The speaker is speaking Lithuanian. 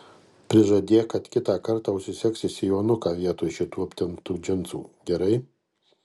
prižadėk kad kitą kartą užsisegsi sijonuką vietoj šitų aptemptų džinsų gerai